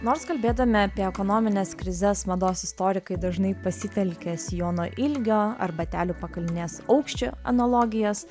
nors kalbėdami apie ekonomines krizes mados istorikai dažnai pasitelkia sijono ilgio ar batelių pakalnės aukščio analogijas